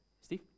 Steve